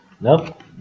nope